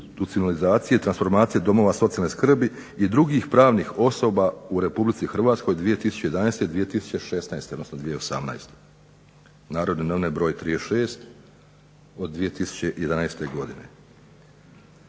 deinstitucionalizacije transformacije domova socijalne skrbi i drugih pravnih osoba u Republici Hrvatskoj 2011.-2016., odnosno 2018., "Narodne novine", broj 36 od 2011. godine.